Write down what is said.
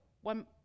one